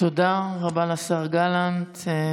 תודה רבה לשר גלנט.